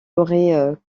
aurait